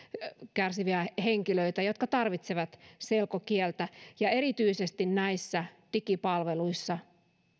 kärsiviä henkilöitä jotka tarvitsevat selkokieltä ja erityisesti näissä digipalveluissa